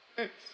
mm